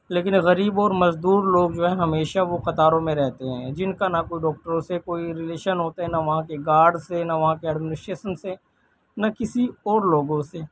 لیکن غریب اور مزدور لوگ جو ہیں ہمیشہ وہ قطاروں میں رہتے ہیں جن کا نہ کوئی ڈاکٹروں سے کوئی رلیشن ہوتا ہے نہ کوئی گارڈ سے نہ وہاں کے ایڈمنسٹریسن سے نہ کسی اور لوگوں سے